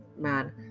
man